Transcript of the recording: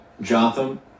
Jotham